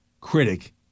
critic